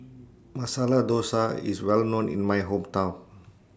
Masala Dosa IS Well known in My Hometown